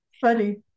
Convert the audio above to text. Funny